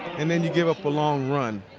and then you give up a long run.